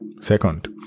Second